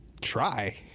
Try